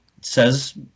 says